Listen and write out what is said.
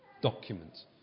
document